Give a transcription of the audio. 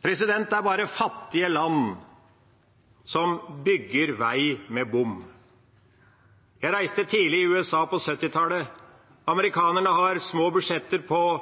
Det er bare fattige land som bygger vei med bom. Jeg reiste i USA tidlig på